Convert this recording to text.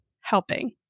helping